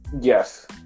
Yes